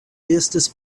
estis